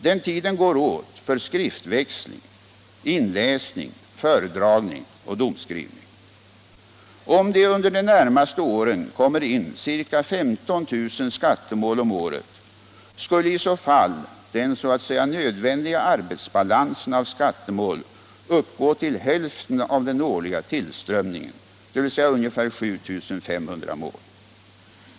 Den tiden går åt för skriftväxling, inläsning, föredragning och domsskrivning. Om det under de närmaste åren kommer in ca 15 000 skattemål om året, skulle i så fall den så att säga nödvändiga arbetsbalansen av skattemål uppgå till hälften av den årliga tillströmningen, dvs. ungefär 7 500 mål.